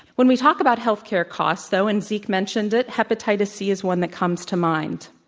when we talk about health care costs, though and zeke mentioned it hepatitis c is one that comes to mind.